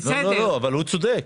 אבל הוא צודק.